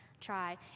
try